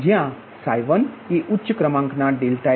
જ્યાં 1એ ઉચ્ચક્રમાક ના ∆x1 ∆x2